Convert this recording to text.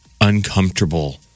uncomfortable